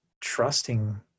trusting